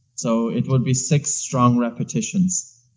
so it would be six strong repetitions.